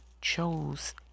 chose